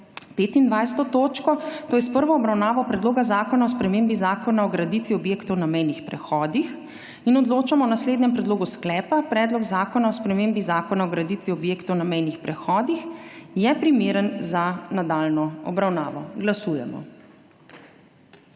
reda, to je s prvo obravnavo Predloga zakona o spremembi Zakona o graditvi objektov na mejnih prehodih. Odločamo o naslednjem predlogu sklepa: Predlog zakona o spremembi Zakona o graditvi objektov na mejnih prehodih je primeren za nadaljnjo obravnavo. Glasujemo.